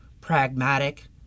pragmatic